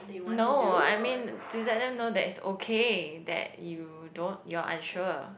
no I mean to let them know that is okay that you don't you are unsure